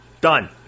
Done